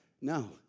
No